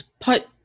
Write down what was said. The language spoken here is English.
put